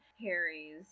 Harry's